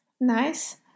Nice